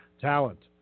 Talent